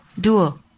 dual